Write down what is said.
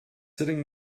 sitting